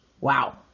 Wow